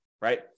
right